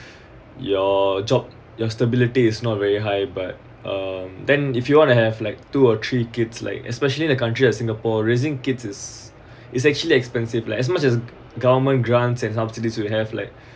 your job your stability is not very high but um then if you want to have like two or three kids like especially the country in singapore raising kids it's it's actually expensive like as much as government grants and subsidies will have like